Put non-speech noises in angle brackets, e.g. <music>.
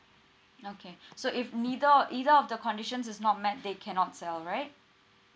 okay <breath> so if neither or either of the conditions is not met they cannot sell right